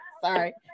Sorry